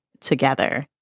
Together